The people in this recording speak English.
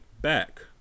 back